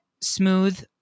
smooth